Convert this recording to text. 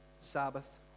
Sabbath